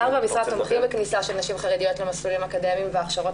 השר והמשרד תומכים בכניסה של נשים חרדיות למסלולים אקדמיים והכשרות